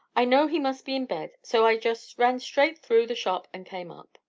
i know he must be in bed, so i just ran straight through the shop and came up.